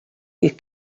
you